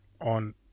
on